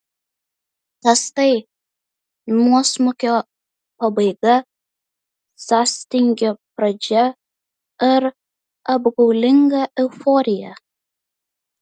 kas tai nuosmukio pabaiga sąstingio pradžia ar apgaulinga euforija